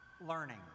learning